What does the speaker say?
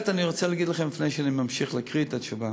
אני רוצה להגיד לכם, לפני שאני מקריא את התשובה: